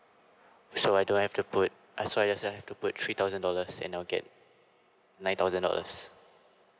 so I don't have to put so I doesn't have to put three thousand dollars and now get nine thousand dollars